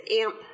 AMP